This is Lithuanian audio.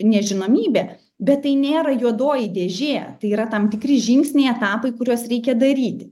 nežinomybė bet tai nėra juodoji dėžė tai yra tam tikri žingsniai etapai kuriuos reikia daryti